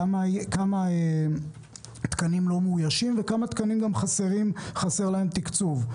כמה תקנים לא מאוישים וכמה תקנים חסר להם תקצוב.